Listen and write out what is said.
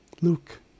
Luke